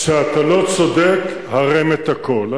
כשאתה לא צודק, הרם את הקול.